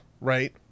right